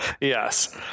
Yes